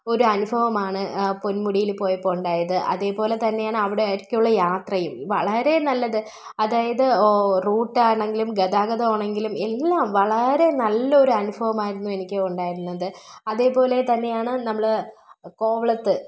ഒരനുഭവമാണ് പൊൻമുടിയിൽ പോയപ്പോൾ ഉണ്ടായത് അതേപോലെ തന്നെയാണ് അവിടേക്കുള്ള യാത്രയും വളരെ നല്ലത് അതായത് ഓ റൂട്ടാണെങ്കിലും ഗതാഗതമാണെങ്കിലും എല്ലാം വളരെ നല്ലൊരു അനുഭവമായിരുന്നു എനിക്ക് ഉണ്ടായിരുന്നത് അതേപോലെ തന്നെയാണ് നമ്മൾ കോവളത്ത്